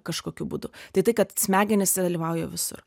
kažkokiu būdu tai tai kad smegenys dalyvauja visur